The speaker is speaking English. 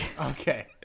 Okay